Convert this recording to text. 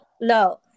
no